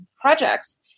projects